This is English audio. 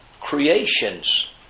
creation's